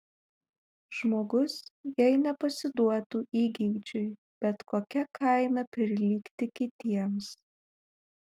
žmogus jei nepasiduotų įgeidžiui bet kokia kaina prilygti kitiems